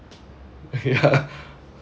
ya